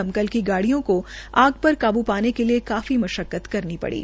दमकल की गाडियों को आग काबू शाने के लिये काफी म्श्क्कत करनी थड़ी